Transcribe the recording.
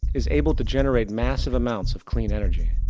is able to generate massive amounts of clean energy.